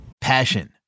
Passion